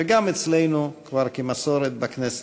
וגם אצלנו כבר כמסורת בכנסת.